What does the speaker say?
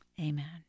Amen